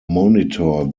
monitor